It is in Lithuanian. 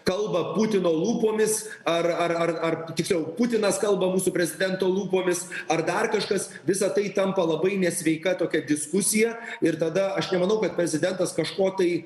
kalba putino lūpomis ar ar ar ar tiksliau putinas kalba mūsų prezidento lūpomis ar dar kažkas visa tai tampa labai nesveika tokia diskusija ir tada aš nemanau kad prezidentas kažko tai